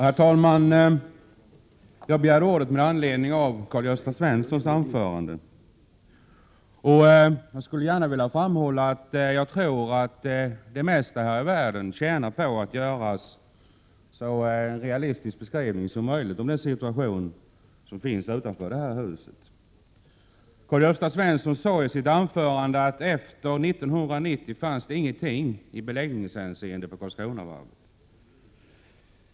Herr talman! Jag begärde ordet med anledning av Karl-Gösta Svensons anförande. Jag vill gärna framhålla att jag tror att det mesta tjänar på att det görs en så realistisk beskrivning som möjligt av den situation som råder utanför det här huset. Karl-Gösta Svenson sade i sitt anförande att det efter 1990 inte fanns något i beläggningshänseende på Karlskronavarvet.